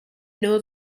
know